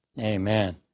Amen